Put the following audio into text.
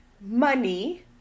money